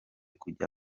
kujya